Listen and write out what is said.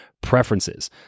preferences